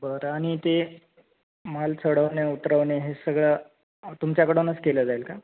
बरं आणि ते माल चढवणे उतरवणे हे सगळं तुमच्याकडूनच केलं जाईल का